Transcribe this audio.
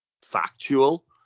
factual